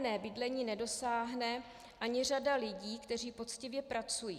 Na nájemné bydlení nedosáhne ani řada lidí, kteří poctivě pracují.